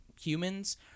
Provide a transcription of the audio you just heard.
humans